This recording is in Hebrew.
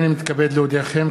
הנני מתכבד להודיעכם,